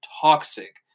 toxic